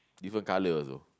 different colour also